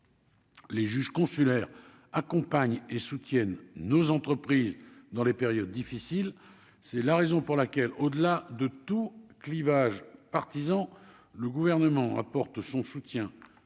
Les juges consulaires accompagne et soutiennent nos entreprises dans les périodes difficiles, c'est la raison pour laquelle au-delà de tout clivage partisan le gouvernement apporte son soutien